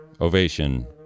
ovation